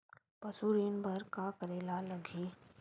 पशु ऋण बर का करे ला लगही?